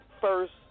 first